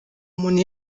umuntu